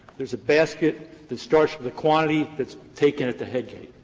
there's a basket that starts with a quantity that's taken at the head gate,